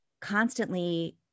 constantly